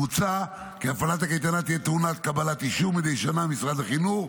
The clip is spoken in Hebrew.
מוצע כי הפעלת הקייטנה תהיה טעונה קבלת אישור מדי שנה ממשרד החינוך,